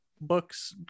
books